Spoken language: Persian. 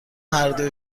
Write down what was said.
هردو